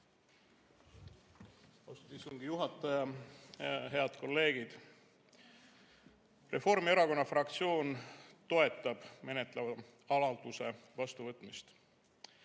istungi juhataja! Head kolleegid! Reformierakonna fraktsioon toetab menetletava avalduse vastuvõtmist.